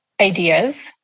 ideas